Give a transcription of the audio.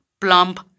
plump